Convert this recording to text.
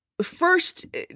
First